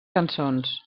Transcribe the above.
cançons